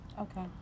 Okay